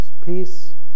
Peace